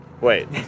wait